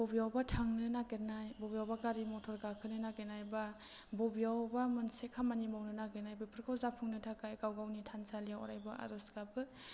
अबेयावबा थांनो नागिरनाय बबेयावबा गारि मटर गाखोनो नागिरनाय बा बबेयावबा मोनसे खामानि मावनो नागिरनाय बेफोरखौ जाफुंनो थाखाय गाव गावनि थानसालियाव अरायबो आर'ज गाबो